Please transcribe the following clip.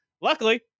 Luckily